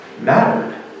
mattered